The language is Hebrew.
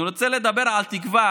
אני רוצה לדבר על התקווה